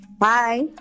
Hi